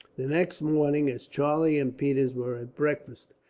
the next morning as charlie and peters were at breakfast,